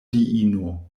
diino